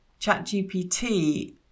ChatGPT